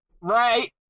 Right